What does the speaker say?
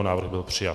Návrh byl přijat.